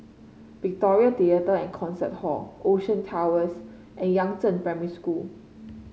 Victoria Theatre And Concert Hall Ocean Towers and Yangzheng Primary School